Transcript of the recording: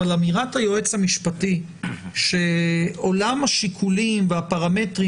אבל אמירת היועץ המשפטי שעולם השיקולים והפרמטרים